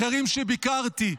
אחרים שביקרתי,